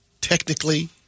Technically